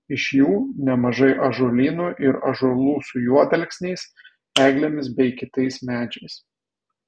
iš jų nemažai ąžuolynų ir ąžuolų su juodalksniais eglėmis bei kitais medžiais